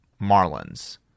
Marlins